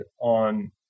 on